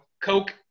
Coke